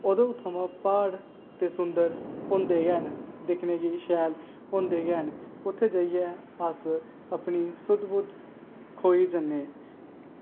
ओह्दे थमां प्हाड़ ते सुंदर होंदे गे न दिक्खनै गी शैल होंदे गे न उत्थें जाइयै अस अपनी सुध बुध खोई दिन्ने